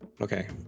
Okay